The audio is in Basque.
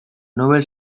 nobel